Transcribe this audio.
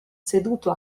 seduto